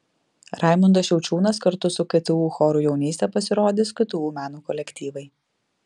raimundas šiaučiūnas kartu su ktu choru jaunystė pasirodys ktu meno kolektyvai